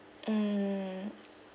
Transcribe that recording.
mm